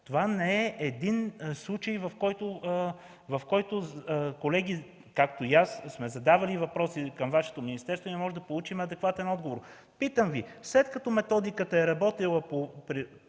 Това не е един случай, в който колеги, както и аз, сме задавали въпроси към Вашето министерство и не можем да получим адекватен отговор. Питам Ви: след като методиката е работила,